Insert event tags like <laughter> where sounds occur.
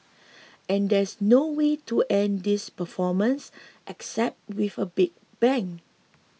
<noise> and there's no way to end this performance except with a big bang